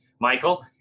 Michael